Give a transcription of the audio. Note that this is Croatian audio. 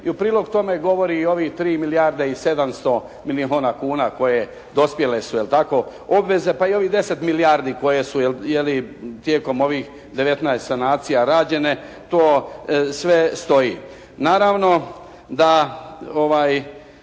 I u prilog tome govori i ovih 3 milijarde i 700 milijuna kuna koje dospjele su, je li tako, obveze, pa i ovih 10 milijardi koje su, je li, tijekom ovih 19 sanacija rađene, to sve stoji.